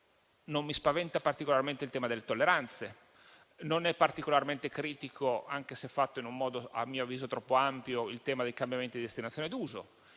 non mi spaventa particolarmente il tema delle tolleranze. Non è particolarmente critico, anche se fatto in un modo - a mio avviso - troppo ampio, il tema del cambiamento di destinazione d'uso.